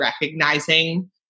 recognizing